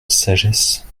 sagesse